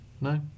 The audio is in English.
No